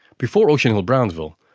before ocean hill-brownsville,